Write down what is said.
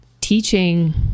teaching